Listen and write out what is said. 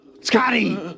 Scotty